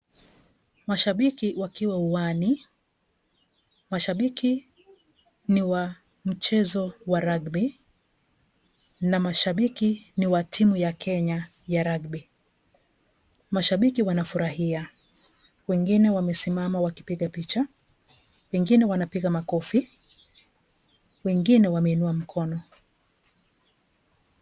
Mashabiki wakiwa uwani, mashabiki niwa mchezo wa rugby, na mashabiki niwa timu ya Kenya ya rugby. Mashabiki wanafurahia. Wengine wamisimama wakipige picha, wengine wanapiga makofi, wengine wameinua mkono.